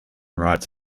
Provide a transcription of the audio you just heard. writes